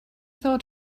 thought